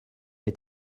est